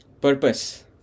Purpose